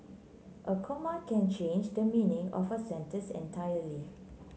a comma can change the meaning of a sentence entirely